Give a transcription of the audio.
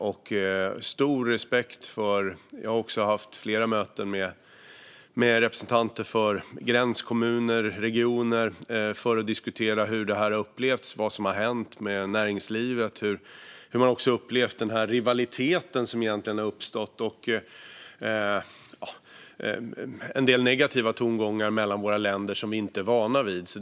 Jag har stor respekt för det. Jag har haft flera möten med representanter för gränskommuner och regioner för att diskutera hur det har upplevts och vad som har hänt med näringslivet. Det har också gällt hur man har upplevt rivaliteten som har uppstått och en del negativa tongångar mellan våra länder som vi inte är vana vid.